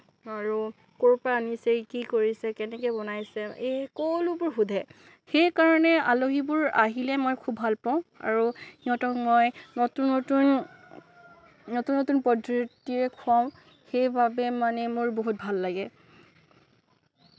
আৰু ক'ৰ পৰা আনিছে কি কৰিছে কেনেকে বনাইছে এই সকলো বোৰ সোধে সেইকাৰণে আলহীবোৰ আহিলে মই খুব ভাল পাওঁ আৰু সিহঁতক মই নতুন নতুন নতুন নতুন পদ্ধতিৰে খোৱাওঁ সেইবাবে মানে মোৰ বহুত ভাল লাগে